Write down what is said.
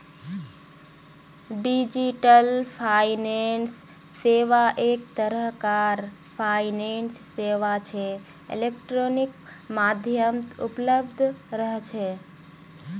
digital finance सेवा एक तरह कार फाइनेंस सेवा छे इलेक्ट्रॉनिक माध्यमत उपलब्ध रह छे